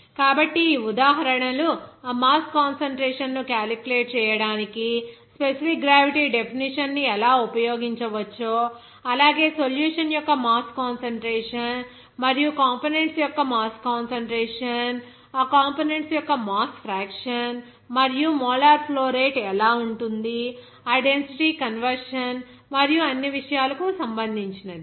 కాబట్టి ఈ ఉదాహరణలు ఆ మాస్ కాన్సంట్రేషన్ ను క్యాలిక్యులేట్ చేయడానికి స్పెసిఫిక్ గ్రావిటీ డెఫినిషన్ ని ఎలా ఉపయోగించవచ్చో అలాగే సొల్యూషన్ యొక్క మాస్ కాన్సంట్రేషన్ మరియు కంపోనెంట్స్ యొక్క మాస్ కాన్సంట్రేషన్ ఆ కంపోనెంట్స్ యొక్క మాస్ ఫ్రాక్షన్ మరియు మోలార్ ఫ్లో రేటు ఎలా ఉంటుంది ఆ డెన్సిటీ కన్వర్షన్ మరియు అన్ని విషయాలకు సంబంధించినది